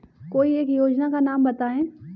कोई एक योजना का नाम बताएँ?